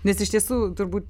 nes iš tiesų turbūt